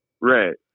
Right